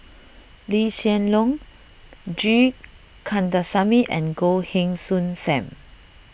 Lee Hsien Loong G Kandasamy and Goh Heng Soon Sam